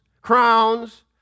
crowns